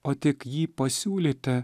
o tik jį pasiūlyti